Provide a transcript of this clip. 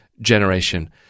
generation